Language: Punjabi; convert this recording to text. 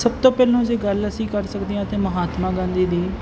ਸਭ ਤੋਂ ਪਹਿਲਾਂ ਜੇ ਗੱਲ ਅਸੀਂ ਕਰ ਸਕਦੇ ਹਾਂ ਤਾਂ ਮਹਾਤਮਾ ਗਾਂਧੀ ਦੀ